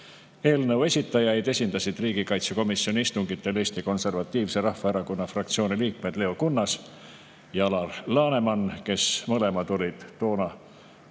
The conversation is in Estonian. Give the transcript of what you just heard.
Eelnõu esitajaid esindasid riigikaitsekomisjoni istungitel Eesti Konservatiivse Rahvaerakonna fraktsiooni liikmed Leo Kunnas ja Alar Laneman. Toona olid nad